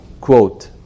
quote